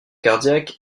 cardiaque